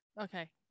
Okay